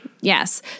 Yes